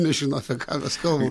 nežino apie ką mes kalbam